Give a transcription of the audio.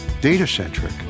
data-centric